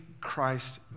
Christ